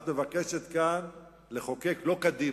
את מבקשת כאן לחוקק לא קדימה.